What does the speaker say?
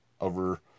Over